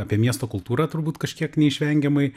apie miesto kultūrą turbūt kažkiek neišvengiamai